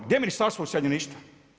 Gdje je ministarstvo useljeništva?